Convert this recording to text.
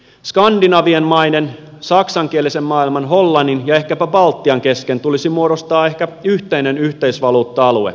skandinavian maiden saksankielisen maailman hollannin ja ehkäpä baltian kesken tulisi muodostaa ehkä yhteinen yhteisvaluutta alue